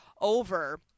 over